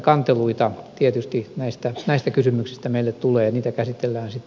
kanteluita tietysti näistä kysymyksistä meille tulee mitä käsitellä